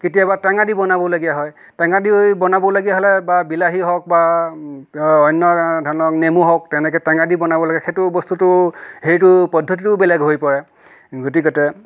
কেতিয়াবা টেঙা দি বনাবলগীয়া হয় টেঙা দি বনাবলগীয়া হ'লে বা বিলাহী হওক বা অন্য ধৰি লওক নেমু হওক তেনেকৈয়ে টেঙা দি বনাব লাগে সেইটো বস্তুটো হেৰিটো পদ্ধতিটোও বেলেগ হৈ পৰে গতিকতে